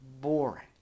boring